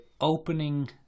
opening